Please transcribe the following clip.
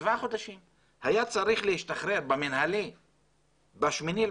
הוא היה צריך להשתחרר במנהלי ב-8.7,